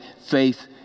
faith